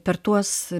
per tuos